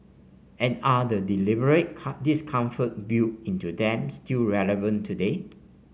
and are the deliberate discomforts built into them still relevant today